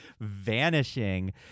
vanishing